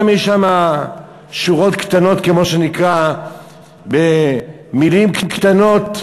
יש שם גם שורות קטנות עם מילים קטנות,